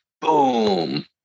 boom